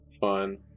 Fun